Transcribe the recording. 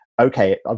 okay